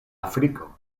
afriko